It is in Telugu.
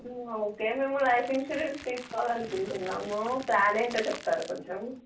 ఓకే మేము లైఫ్ ఇన్సూరెన్స్ తీసుకోవాలి అనుకుంటున్నాము ప్లాన్ ఏంటో చెప్తారా కొంచెం